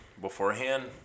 beforehand